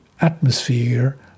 atmosphere